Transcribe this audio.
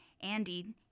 Andy